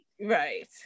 Right